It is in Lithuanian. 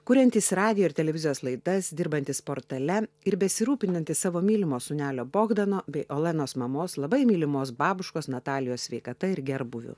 kuriantys radijo ir televizijos laidas dirbantys portale ir besirūpinantys savo mylimo sūnelio bogdano bei olenos mamos labai mylimos babuškos natalijos sveikata ir gerbūviu